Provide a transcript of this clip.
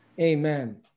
Amen